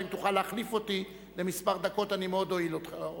אם תוכל להחליף אותי לכמה דקות אני מאוד אודה לך.